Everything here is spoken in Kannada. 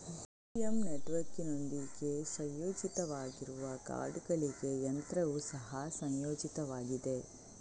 ಎ.ಟಿ.ಎಂ ನೆಟ್ವರ್ಕಿನೊಂದಿಗೆ ಸಂಯೋಜಿತವಾಗಿರುವ ಕಾರ್ಡುಗಳಿಗೆ ಯಂತ್ರವು ಸಹ ಸಂಯೋಜಿತವಾಗಿದೆ